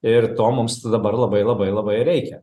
ir to mums tai dabar labai labai labai reikia